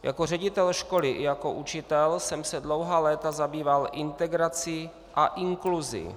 Jako ředitel školy i jako učitel jsem se dlouhá léta zabýval integrací a inkluzí.